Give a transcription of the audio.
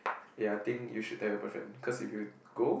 ya I think you should tell your boyfriend cause if you go